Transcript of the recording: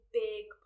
big